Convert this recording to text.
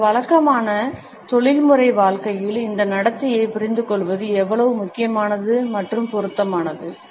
எங்கள் வழக்கமான தொழில்முறை வாழ்க்கையில் இந்த நடத்தையைப் புரிந்துகொள்வது எவ்வளவு முக்கியமானது மற்றும் பொருத்தமானது